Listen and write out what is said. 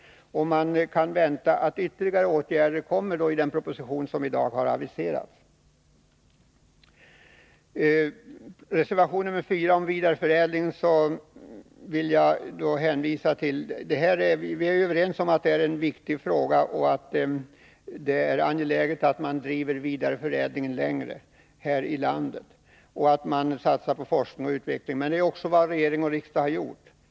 Man kan vänta att ytterligare åtgärder kommer att föreslås i den proposition som i dag har aviserats. Beträffande reservation 4, som rör vidareförädling m.m. vill jag framhålla att vi är överens om att det är angeläget att driva vidareförädlingen längre här ilandet samt att satsa på forskning och utveckling. Det är också vad regering och riksdag har gjort.